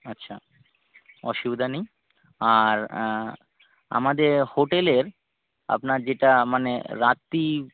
আচ্ছা অসুবিধা নেই আর আমাদের হোটেলের আপনার যেটা মানে রাত্রি